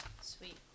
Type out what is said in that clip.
Sweet